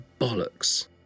bollocks